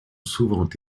souvent